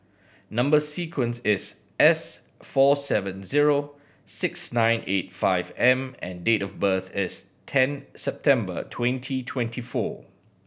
number sequence is S four seven zero six nine eight five M and date of birth is ten September twenty twenty four